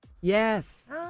Yes